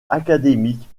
académique